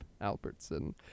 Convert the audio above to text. Albertson